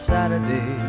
Saturday